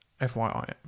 FYI